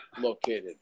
located